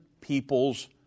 people's